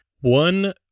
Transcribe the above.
one